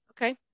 Okay